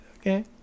Okay